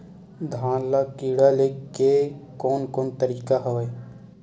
धान ल कीड़ा ले के कोन कोन तरीका हवय?